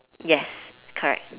yes correct